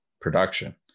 production